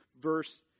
verse